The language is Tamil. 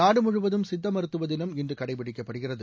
நாடுமுழுவதும் சித்த மருத்துவ தினம் இன்று கடைபிடிக்கப்படுகிறது